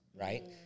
right